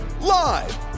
live